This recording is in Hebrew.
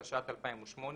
התשע"ט-2018,